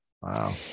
Wow